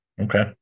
Okay